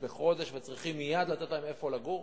בחודש וצריכים מייד לתת להם מקום לגור.